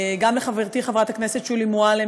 גם לחברתי חברת הכנסת שולי מועלם,